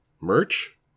Merch